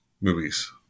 movies